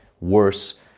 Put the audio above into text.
worse